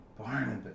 Barnabas